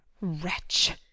Wretch